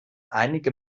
einige